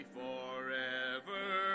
forever